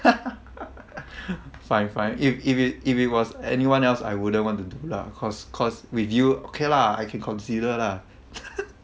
fine fine if if it if it was anyone else I wouldn't want to do lah cause cause with you okay lah I can consider lah